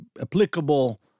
applicable